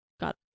got